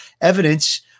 evidence